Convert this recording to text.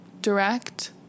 direct